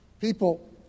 People